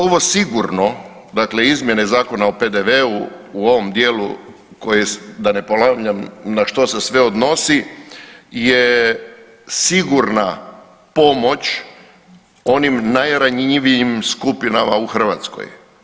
Ovo, ovo sigurno dakle izmjene Zakona o PDV-u u ovom dijelu koji je, da ne ponavljam na što se sve odnosi je sigurna pomoć onim najranjivijim skupinama u Hrvatskoj.